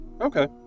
Okay